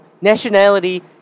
Nationality